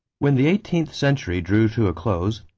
when the eighteenth century drew to a close,